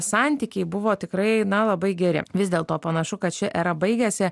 santykiai buvo tikrai na labai geri vis dėlto panašu kad ši era baigėsi